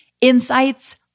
insights